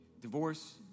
divorce